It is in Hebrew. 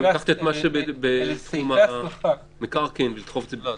כלומר, לקחת את מה שבמקרקעין ולדחוף את זה פנימה?